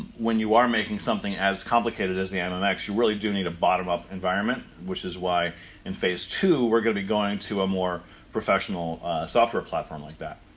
when you are making something as complicated as yeah mmx, you really do need a bottom up environment, which is why in phase two, we're gonna be going to a more professional software platform like that.